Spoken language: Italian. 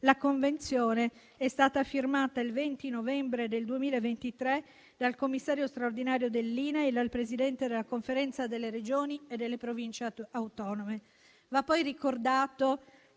La Convenzione è stata firmata il 20 novembre 2023 dal commissario straordinario dell'INAIL e dal Presidente della Conferenza delle Regioni e delle Province autonome.